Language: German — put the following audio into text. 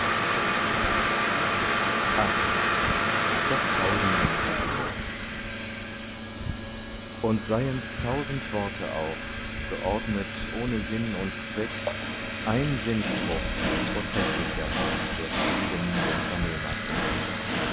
tausenden kapitel und seien's tausend worte auch geordnet ohne sinn und zweck ein sinnspruch ist vortrefflicher der frieden dem vernehmer bringt